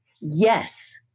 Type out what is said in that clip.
yes